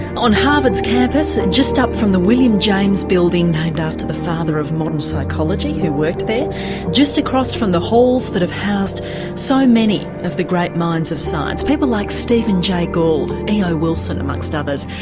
on harvard's campus just up from the william james building named after the father of modern psychology who worked there just across from the halls that have housed so many of the great minds of science people like stephen j gould, eo wilson among so others,